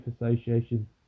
Association